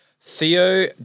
Theo